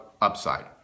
upside